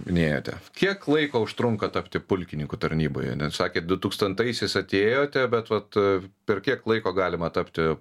minėjote kiek laiko užtrunka tapti pulkininku tarnyboje net sakė du tūkstantaisiais atėjote bet vat per kiek laiko galima tapti